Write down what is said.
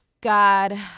God